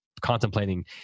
contemplating